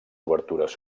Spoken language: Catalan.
obertures